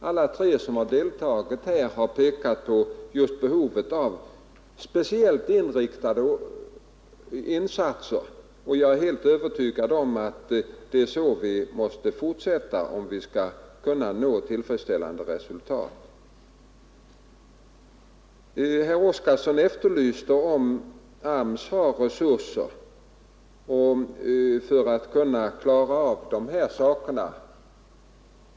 De tre talare som har deltagit har ju pekat just på behovet av speciellt inriktade insatser, och jag är helt övertygad om att det är så vi måste fortsätta om vi skall kunna nå tillfredsställande resultat. Herr Oskarson efterlyste besked om huruvida AMS har resurser för att kunna klara av de här sakerna.